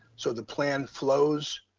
so the plan flows,